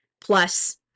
plus